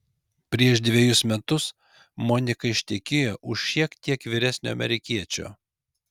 prieš dvejus metus monika ištekėjo už šiek tiek vyresnio amerikiečio